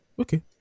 okay